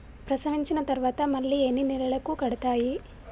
ప్రసవించిన తర్వాత మళ్ళీ ఎన్ని నెలలకు కడతాయి?